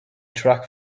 track